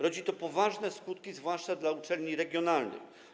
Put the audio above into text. Rodzi to poważne skutki, zwłaszcza dla uczelni regionalnych.